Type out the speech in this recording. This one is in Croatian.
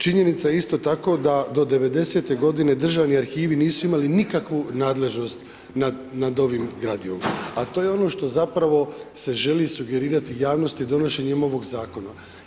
Činjenica je isto tako da do devedesete godine Državni arhivi nisu imali nikakvu nadležnost nad ovim gradivom, a to je ono što zapravo se želi sugerirati javnosti donošenjem ovog zakona.